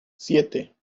siete